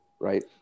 right